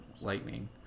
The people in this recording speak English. Lightning